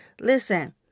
Listen